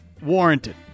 Warranted